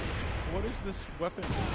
what is this weapon